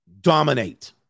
Dominate